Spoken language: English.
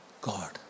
God